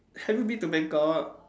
have you been to Bangkok